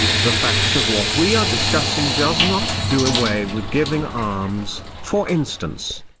the fact of what we are discussing does not do away with giving alms, for instance.